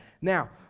Now